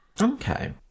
Okay